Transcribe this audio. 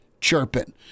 chirping